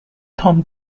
tom